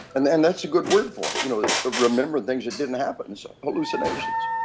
and and that's a good word for it, you know, remembering things that didn't happen. so hallucinations.